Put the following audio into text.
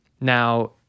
now